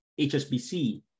HSBC